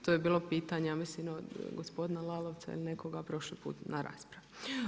To je bilo pitanje ja mislim od gospodina Lalovca ili nekoga prošli put na raspravi.